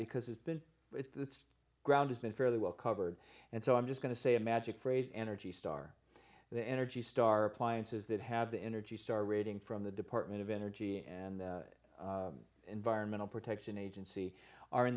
because it's been at the ground it's been fairly well covered and so i'm just going to say a magic phrase energy star the energy star appliances that have the energy star rating from the department of energy and the environmental protection agency are in